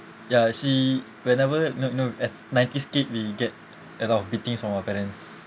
ya she whenever no no as ninety's kid we get a lot of beatings from our parents